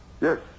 Yes